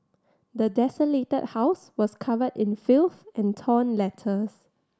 the desolated house was covered in filth and torn letters